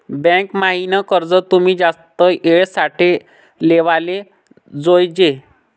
bank म्हाईन कर्ज तुमी जास्त येळ साठे लेवाले जोयजे